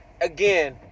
Again